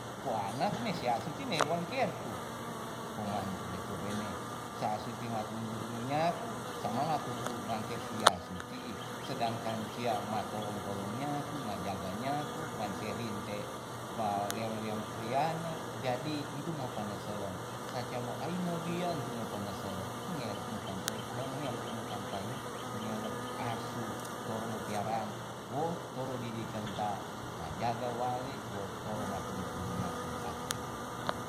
Kua ana kine si asu ti ne wangker ku koman tleh tou wene se asu ti man tunu tunu nyaku samanga nga ku ku mangker si asu ti'i sedangkan si ama tolong tolong nyaku ma jaga nyaku man se rinte ma leong leong keriana jadi entu mo paneselen sa sia mo aimo wian tumo peneselen mengele mokan toy mengelek mokan tayo mengelek asu toro mo piaraan wo toro didikan ta ma jaga wale wo toro ma tunu turu nyaku aki uma